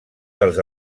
dels